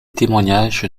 témoignages